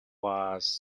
was